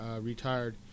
retired